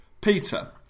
Peter